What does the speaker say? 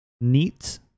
Neat